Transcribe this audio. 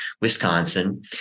Wisconsin